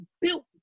built